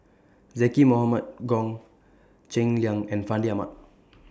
Zaqy Mohamad Goh Cheng Liang and Fandi Ahmad